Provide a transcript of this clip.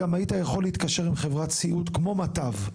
היית יכול להתקשר עם חברת סיעוד כמו מטב?